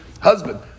husband